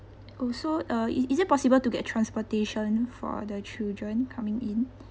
also uh it it is possible to get transportation for the children coming in